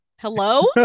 Hello